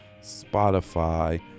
Spotify